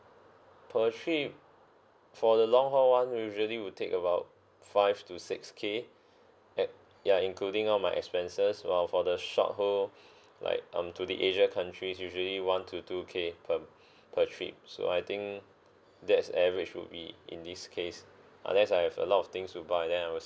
per trip for the long haul [one] usually will take about five to six K at ya including all my expenses while for the short haul like um to the asia countries usually one to two K per per trip so I think that's average would be in this case unless I have a lot of things to buy then I will